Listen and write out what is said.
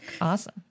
awesome